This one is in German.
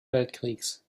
weltkrieges